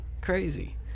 Crazy